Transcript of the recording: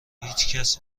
هیچکس